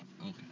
Okay